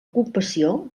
ocupació